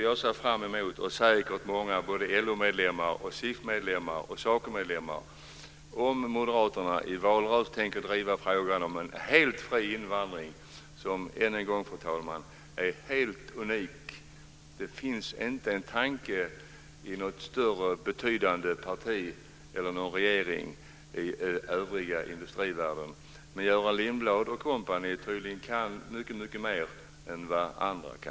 Jag och säkert många medlemmar i LO, SIF och SACO ser fram emot att få veta om Moderaterna i valrörelsen tänker driva frågan om en helt fri invandring, en inriktning som - jag upprepar det, fru talman - är helt unik. Inget större och betydande parti och ingen regering i industrivärlden i övrigt har en sådan tanke, men Göran Lindblad & Co anser sig tydligen kunna mycket mer än andra.